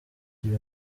jolly